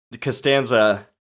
Costanza